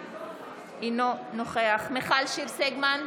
אינו נוכח מיכל שיר סגמן,